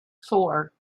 four